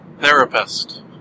therapist